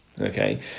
Okay